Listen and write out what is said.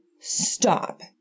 stop